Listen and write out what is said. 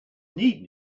need